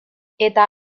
eta